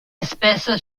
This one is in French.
espèce